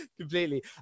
Completely